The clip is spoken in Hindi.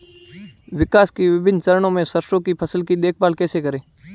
विकास के विभिन्न चरणों में सरसों की फसल की देखभाल कैसे करें?